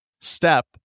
step